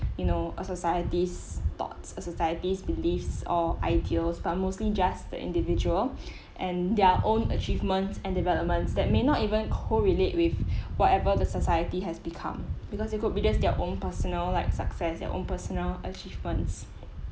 you know a society's thoughts a society's beliefs or ideals but mostly just the individual and their own achievements and developments that may not even correlate with whatever the society has become because it could be just their own personal like success their own personal achievements